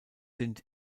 sind